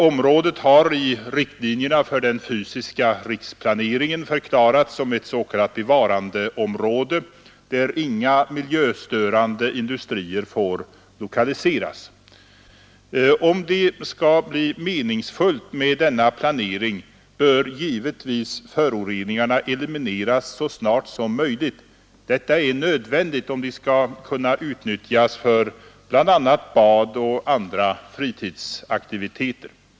Området har i riktlinjerna för den fysiska riksplaneringen förklarats som s.k. bevarandeområde, där inga miljöstörande industrier får lokaliseras. Om det skall bli meningsfullt med denna planering bör givetvis föroreningarna elimineras så snart som möjligt. Detta är nödvändigt om området skall kunna utnyttjas för bl.a. bad och andra fritidsaktiviteter.